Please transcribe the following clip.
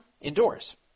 Indoors